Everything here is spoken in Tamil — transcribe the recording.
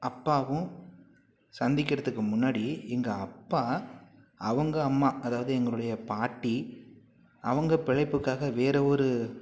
அப்பாவும் சந்திக்கிறதுக்கு முன்னாடி எங்கள் அப்பா அவங்க அம்மா அதாவது எங்களுடைய பாட்டி அவங்க பிழைப்புக்காக வேறு ஒரு